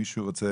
מישהו רוצה